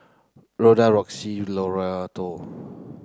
Roxie Loretto